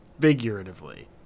figuratively